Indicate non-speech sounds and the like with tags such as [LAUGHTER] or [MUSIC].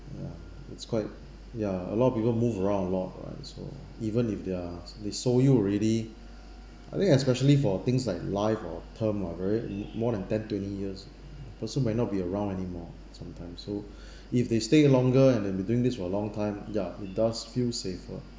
ya it's quite ya a lot of people move around a lot lah so even if they are they sold you already I think especially for things like life or term or whereas more than ten twenty years person might not be around anymore sometimes so [BREATH] if they stay longer and have been doing this for a long time ya it does feel safer